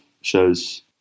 shows